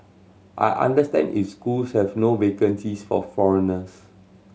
I understand if schools have no vacancies for foreigners